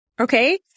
Okay